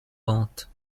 vente